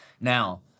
Now